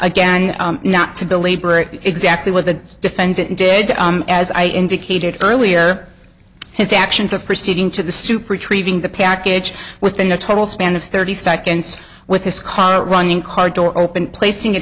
again not to belabor exactly what the defendant did as i indicated earlier his actions of proceeding to the stoop retrieving the package within a total span of thirty seconds with his car running car door open placing it